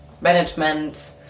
management